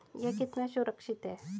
यह कितना सुरक्षित है?